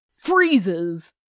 freezes